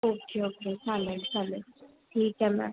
okay okay चालेल चालेल ठीक आहे मॅम